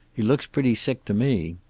he looks pretty sick to me.